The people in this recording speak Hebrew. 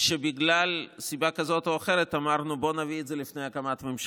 שבגלל סיבה כזו או אחרת אמרנו: בואו